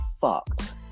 fucked